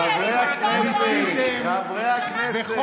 חברי הכנסת,